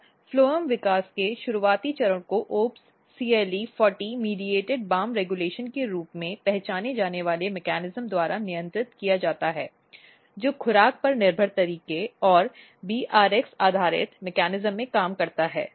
और फ्लोएम विकास के शुरुआती चरण को OPS CLE40 मध्यस्थता BAM रेगुलेशन के रूप में पहचाने जाने वाले मेकैनिज्म द्वारा नियंत्रित किया जाता है जो खुराक पर निर्भर तरीके और BRX आधारित तंत्र में काम करता है